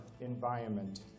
environment